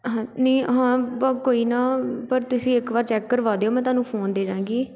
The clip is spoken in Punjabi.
ਹ ਨਹੀਂ ਹਾਂ ਬਾ ਕੋਈ ਨਾ ਪਰ ਤੁਸੀਂ ਇੱਕ ਵਾਰ ਚੈੱਕ ਕਰਵਾ ਦਿਓ ਮੈਂ ਤੁਹਾਨੂੰ ਫ਼ੋਨ ਦੇ ਜਾਵਾਂਗੀ